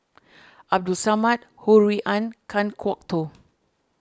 Abdul Samad Ho Rui An Kan Kwok Toh